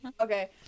Okay